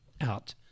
out